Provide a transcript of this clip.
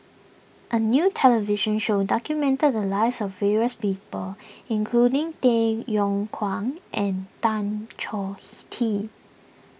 a new television show documented the lives of various people including Tay Yong Kwang and Tan Choh he Tee